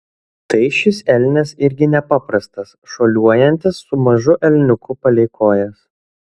tai šis elnias irgi nepaprastas šuoliuojantis su mažu elniuku palei kojas